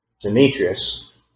Demetrius